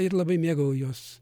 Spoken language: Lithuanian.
ir labai mėgau jos